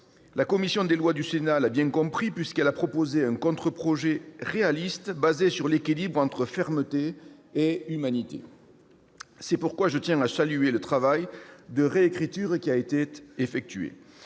La commission des lois du Sénat l'a bien compris, puisqu'elle a proposé un contre-projet réaliste, reposant sur un équilibre entre fermeté et humanité. Je tiens donc à saluer le travail de réécriture qui a été effectué.